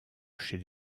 chez